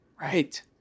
Right